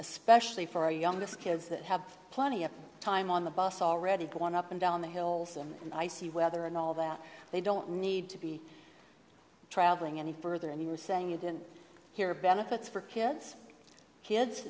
especially for our youngest kids that have plenty of time on the bus already going up and down the hills and icy weather and all that they don't need to be traveling any further and you were saying you didn't hear benefits for kids kids